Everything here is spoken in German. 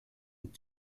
und